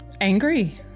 angry